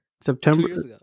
September